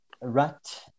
rat